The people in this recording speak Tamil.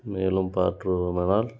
மேலும் பார்த்தோமானால்